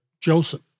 Joseph